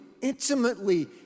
intimately